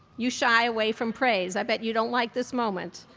you shy away from praise. i bet you don't like this moment,